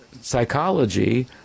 psychology